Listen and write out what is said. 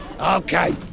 Okay